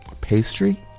pastry